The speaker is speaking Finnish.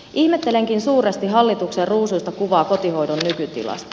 ihmettelenkin suuresti hallituksen ruusuista kuvaa kotihoidon nykytilasta